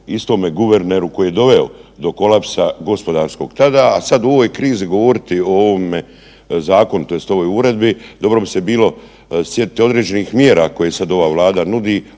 istome guverneru koji je doveo do kolapsa gospodarskog tada, a sad u ovoj krizi govoriti o ovome zakonu tj. ovoj uredbi dobro bi se bilo sjetiti određenih mjera koje sad ova Vlada nudi,